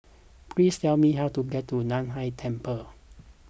please tell me how to get to Nan Hai Temple